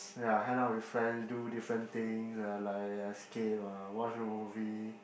ya hang out with friends do different things ya like escape ah watch movie